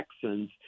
Texans